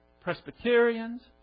Presbyterians